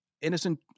innocent